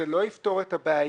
זה לא יפתור את הבעיה.